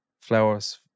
Flowers